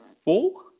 four